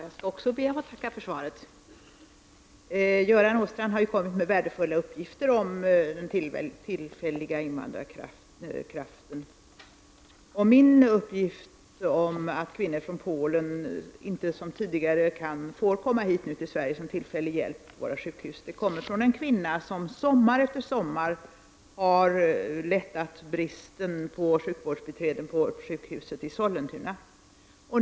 Fru talman! Också jag skall be att få tacka för svaret. Göran Åstrand har kommit med värdefulla uppgifter om den tillfälliga invandrararbetskraften. Min uppgift om att kvinnor från Polen inte som tidigare får komma hit till Sverige som tillfällig hjälp på våra sjukhus kommer från en kvinna, som sommar efter sommar har lättat på bristen på sjukvårdsbiträden vid sjukhuset i Sollentuna.